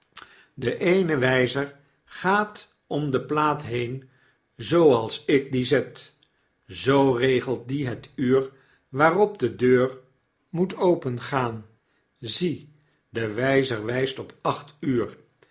de eene wyzer gaat om de plaat heen zooals ik die zet zoo regelt die het uur waarop de deur moet opengaan zie de wyzer wijst op acht en